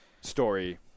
story